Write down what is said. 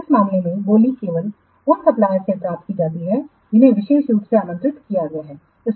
तो इस मामले में बोली केवल उन सप्लायरससे प्राप्त की जाती है जिन्हें विशेष रूप से आमंत्रित किया गया है